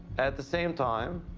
at the same time,